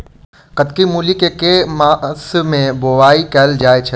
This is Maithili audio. कत्की मूली केँ के मास मे बोवाई कैल जाएँ छैय?